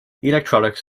electronics